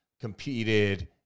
competed